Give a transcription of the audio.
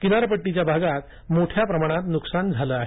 किनारपट्टीच्या भागात मोठ्या प्रमाणात नुकसान झालं आहे